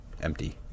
empty